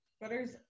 Butters